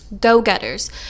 go-getters